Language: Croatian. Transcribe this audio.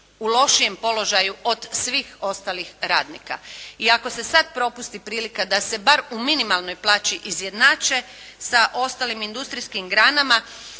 u lošijem položaju od svih ostalih radnika i ako se sada propusti prilika da se bar u minimalnoj plaći izjednače sa ostalim industrijskim granama,